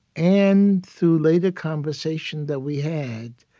and through later conversation that we had,